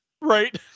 Right